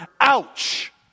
ouch